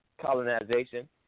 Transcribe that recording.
colonization